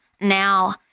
Now